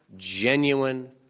genuine,